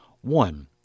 One